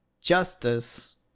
justice